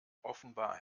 offenbar